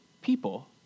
people